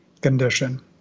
condition